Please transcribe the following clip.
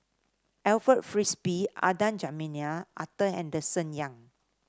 Alfred Frisby Adan Jimenez Arthur Henderson Young